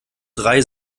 drei